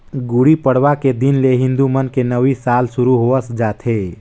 गुड़ी पड़वा के दिन ले हिंदू मन के नवी साल सुरू होवस जाथे